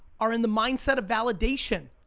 are in the mindset of validation.